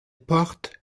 porte